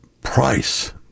price